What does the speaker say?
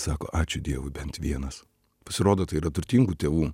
sako ačiū dievui bent vienas pasirodo tai yra turtingų tėvų